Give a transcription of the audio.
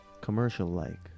commercial-like